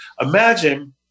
Imagine